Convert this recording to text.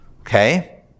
okay